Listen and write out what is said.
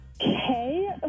Okay